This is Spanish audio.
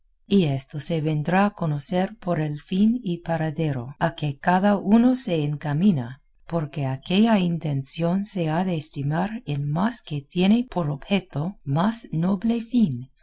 y esto se vendrá a conocer por el fin y paradero a que cada uno se encamina porque aquella intención se ha de estimar en más que tiene por objeto más noble fin